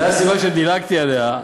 זו הסיבה שדילגתי עליה.